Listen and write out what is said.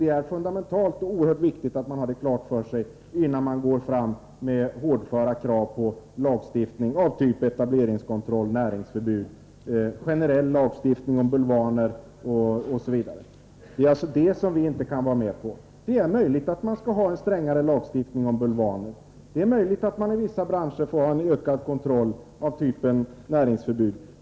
Det är fundamentalt att man har detta klart för sig, innan man för fram hårda krav på lagstiftning som etableringskontroll, näringsförbud och generell lagstiftning beträffande bulvaner. Det är alltså detta vi inte kan vara med på. Det är möjligt att man skall ha en strängare lagstiftning beträffande bulvaner, och det är möjligt att man för vissa branscher skall ha en ökad kontroll i form av näringsförbud.